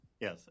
Yes